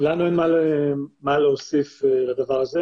שפנה אלינו וממש מיד כשהתחלנו להתעסק בזה,